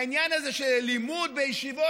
העניין הזה של לימוד בישיבות,